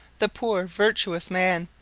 the poor virtuous man,